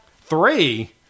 Three